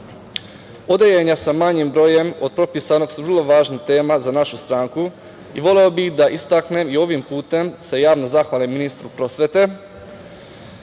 Odeljenja sa manjim brojem od propisanog su vrlo važna tema za našu stranku i voleo bih da istaknem i ovim putem se javno zahvalim ministru prosvete